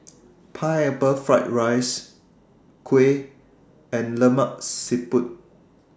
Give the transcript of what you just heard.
Pineapple Fried Rice Kuih and Lemak Siput